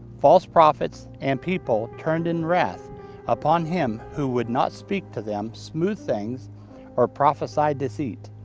false prophets, and people turned in wrath upon him who would not speak to them smooth things or prophesy deceit.